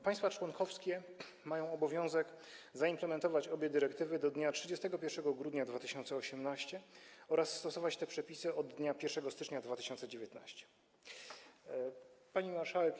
Państwa członkowskie mają obowiązek zaimplementować obie dyrektywy do dnia 31 grudnia 2018 r. oraz stosować te przepisy od dnia 1 stycznia 2019 r. Pani Marszałek!